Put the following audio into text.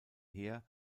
heer